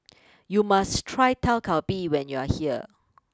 you must try Dak Galbi when you are here